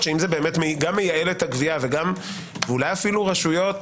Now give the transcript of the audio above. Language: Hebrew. אם זה גם מייעל את הגבייה ואולי אפילו רשויות